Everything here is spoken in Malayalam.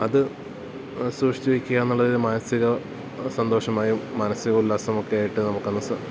അതു സൂക്ഷിച്ചുവെക്കുക എന്നുള്ളൊരു മാനസിക സന്തോഷമായും മാനസികോല്ലാസമൊക്കെയായിട്ടു നമുക്കന്ന്